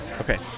Okay